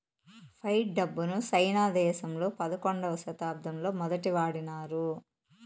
fight డబ్బును సైనా దేశంలో పదకొండవ శతాబ్దంలో మొదటి వాడినారు